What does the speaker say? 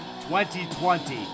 2020